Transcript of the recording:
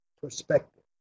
perspective